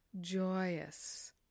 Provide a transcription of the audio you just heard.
joyous